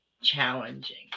challenging